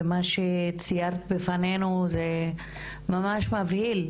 מה שציינת בפנינו זה ממש מבהיל,